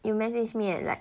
you message me at like